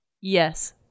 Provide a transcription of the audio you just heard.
Yes